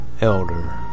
elder